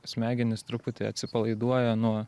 smegenys truputį atsipalaiduoja nuo